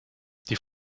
die